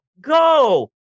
go